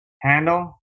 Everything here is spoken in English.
handle